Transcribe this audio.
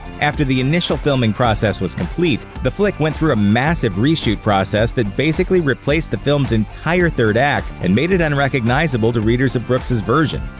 after the initial filming process was complete, the flick went through a massive reshoot process that basically replaced the film's entire third act and made it unrecognizable to readers of brooks' version.